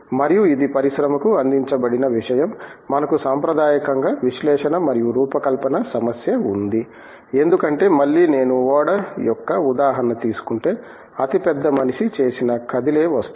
మరియు ఇది పరిశ్రమకు అందించబడిన విషయం మనకు సాంప్రదాయకంగా విశ్లేషణ మరియు రూపకల్పన సమస్య ఉంది ఎందుకంటే మళ్ళీ నేను ఓడ యొక్క ఉదాహరణ తీసుకుంటే అతిపెద్ద మనిషి చేసిన కదిలే వస్తువు